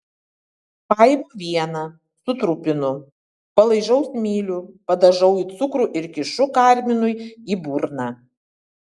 paimu vieną sutrupinu palaižau smilių padažau į cukrų ir kišu karminui į burną